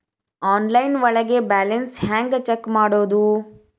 Online ಒಳಗೆ balance ಹ್ಯಾಂಗ check ಮಾಡೋದು?